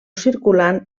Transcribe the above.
circulant